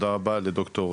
בזום דר'